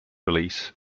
release